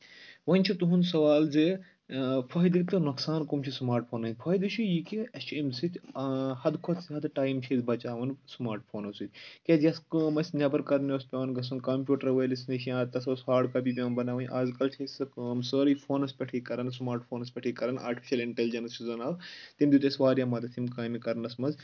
وۄنۍ چھُ تُہُنٛد سَوال زِ فٲیدٕ تہٕ نۄقصان کٔم چھِ سٔماٹ فونن فٲیدٕ چھُ یہِ کہِ اَسہِ چھِ امہِ سۭتۍ حدٕ کھۄتہٕ زیادٕ ٹایم چھِ یِم بَچاوَان سٔماٹ فونو سۭتۍ کیٛازِ یۄس کٲم آسہِ نیٚبر کَرنۍ ٲسۍ پؠوان گژھُن کَمپوٗٹر وٲلِس نِش یا تَتھ ٲسۍ ہاڈ کاپی پؠوان بَناوٕنۍ آزکَل چھِ أسۍ سۄ کٲم سٲرٕے فونَس پؠٹھٕے کَرَان سٔماٹ فونَس پؠٹھٕے کران آٹِفِشَل اِنٹیلِجَنس چھُ بَناو تَمہِ دیُت اَسہِ واریاہ مَدَتھ یِم کامہِ کَرنَس منٛز